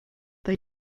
they